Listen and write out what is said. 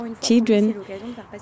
children